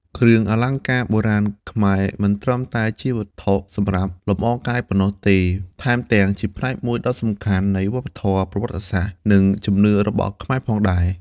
គ្រឿងអលង្ការបុរាណខ្មែរមិនត្រឹមតែជាវត្ថុសម្រាប់លម្អកាយប៉ុណ្ណោះទេ ថែមទាំងជាផ្នែកមួយដ៏សំខាន់នៃវប្បធម៌ ប្រវត្តិសាស្ត្រ និងជំនឿរបស់ខ្មែរផងដែរ។